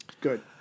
Good